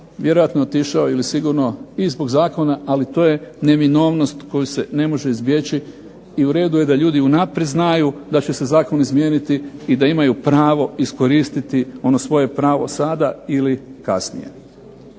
vjerojatno otišao i sigurno i zbog zakona ali to je neminovnost koju se ne može izbjeći i u redu je da ljudi unaprijed znaju da će se Zakon izmijeniti i da imaju pravo iskoristiti ono svoje pravo sada ili kasnije.